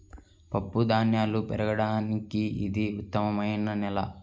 పప్పుధాన్యాలు పెరగడానికి ఇది ఉత్తమమైన నేల